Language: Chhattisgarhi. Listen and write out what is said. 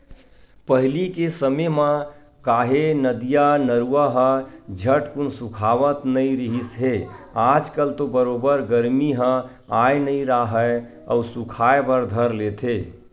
पहिली के समे म काहे नदिया, नरूवा ह झटकून सुखावत नइ रिहिस हे आज कल तो बरोबर गरमी ह आय नइ राहय अउ सुखाय बर धर लेथे